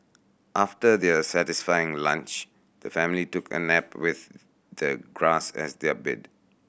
after their satisfying lunch the family took a nap with the grass as their bed